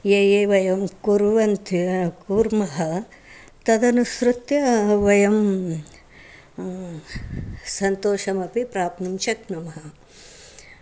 ये ये वयं कुर्वन्तः कूर्मः तदनुसृत्य वयं सन्तोषमपि प्राप्नुं शक्नुमः